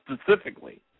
specifically